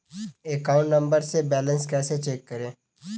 Account number से balance कैसे check करें?